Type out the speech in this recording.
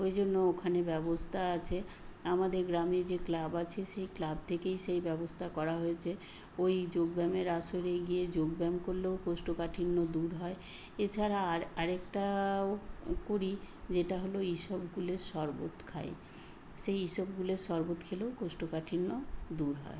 ওই জন্য ওখান ব্যবস্থা আছে আমাদের গ্রামে যে ক্লাব আছে সেই ক্লাব থেকেই সেই ব্যবস্থা করা হয়েছে ওই যোগ ব্যায়ামের আসরে গিয়ে যোগ ব্যায়াম করলেও কোষ্ঠকাঠিন্য দূর হয় এছাড়া আর আরেকটাও কুরি যেটা হলো ইসবগুলের সরবত খাই সেই ইসবগুলের শরবত খেলে কোষ্ঠকাঠিন্য দূর হয়